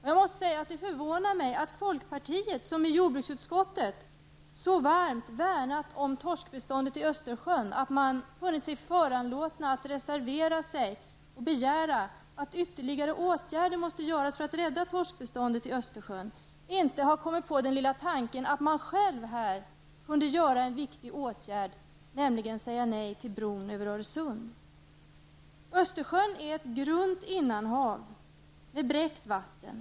Jag måste säga att det förvånar mig att folkpartiet, som i jordbruksutskottet så varmt värnat om torskbeståndet i Östersjön och som känt sig föranlåten att reservera sig och begära att ytterligare åtgärder måste vidtas för att rädda torskbeståndet i Östersjön inte har kommit på tanken att man själv kunde göra en viktig insats här, nämligen att säga nej till bron över Öresund. Östersjön är ett grunt innanhav med bräckt vatten.